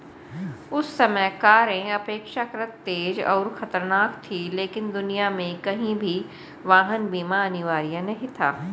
उस समय कारें अपेक्षाकृत तेज और खतरनाक थीं, लेकिन दुनिया में कहीं भी वाहन बीमा अनिवार्य नहीं था